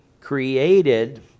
created